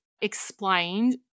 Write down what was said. explained